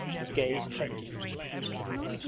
his gaze evidently confused the girl.